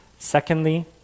Secondly